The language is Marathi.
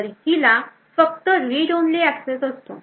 तर हिला फक्त readonly एक्सेस असतो